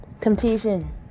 temptation